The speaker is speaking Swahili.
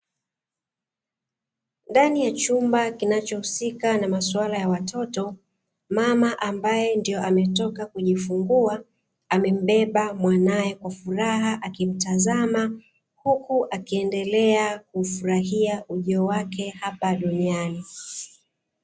Ndani ya chumba kinachohusika na maswala ya watoto, mama ambaye ametoka kujifungua, amembeba mwanae kwa furaha akimtazama huku akiendelea kuufurahia ujio wake hapa duniani.